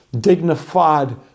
dignified